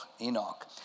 Enoch